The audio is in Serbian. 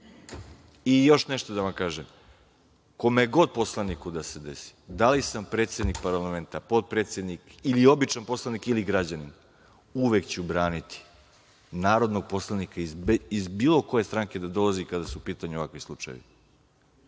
nešto da vam kažem, kome god poslaniku da se desi, da li sam predsednik parlamenta, potpredsednik, ili običan poslanik ili građanin, uvek ću braniti narodnog poslanika, iz bilo koje stranke da dolazi, kada su u pitanju ovakvi slučajevi,